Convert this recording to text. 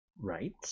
Right